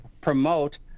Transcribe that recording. promote